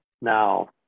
Now